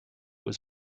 was